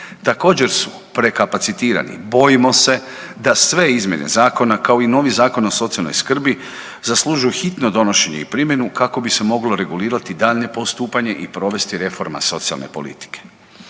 Također su prekapacitirani, bojimo se da sve izmjene zakona kao i novi Zakon o socijalnoj skrbi zaslužuje hitno donošenje i primjenu kako bi se moglo regulirati daljnje postupanje i provesti reforma socijalne politike.